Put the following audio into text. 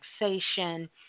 relaxation